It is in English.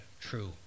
true